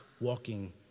walking